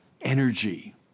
energy